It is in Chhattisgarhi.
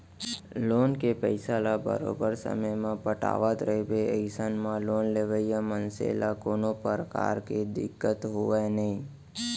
लोन के पइसा ल बरोबर समे म पटावट रहिबे अइसन म लोन लेवइया मनसे ल कोनो परकार के दिक्कत होवय नइ